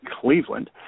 Cleveland